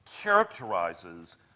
characterizes